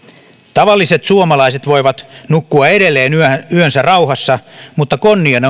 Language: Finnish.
tavalliset suomalaiset voivat nukkua edelleen yönsä rauhassa mutta konnien